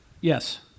yes